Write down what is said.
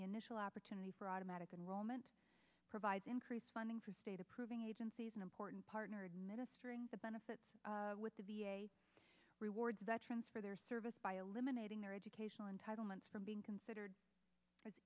the initial opportunity for automatic enrollment provides increased funding for state approving agencies an important partner administering the benefits with rewards veterans for their service by eliminating their educational entitlements from being considered